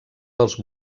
dels